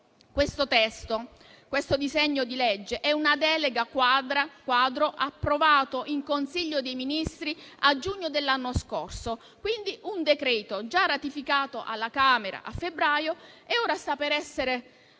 decreti-legge. Questo disegno di legge è una delega quadro: approvato in Consiglio dei ministri a giugno dell'anno scorso, è quindi un decreto già ratificato alla Camera a febbraio e che ora sta per essere approvato